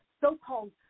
so-called